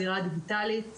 הזירה הדיגיטלית.